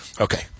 Okay